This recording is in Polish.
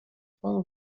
pan